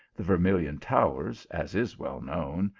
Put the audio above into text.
the vermilion towers, as is well known,